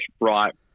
right